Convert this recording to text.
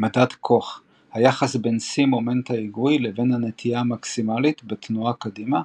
מדד קוך-היחס בין שיא מומנט ההיגוי לבין הנטייה המקסימלית בתנועה קדימה,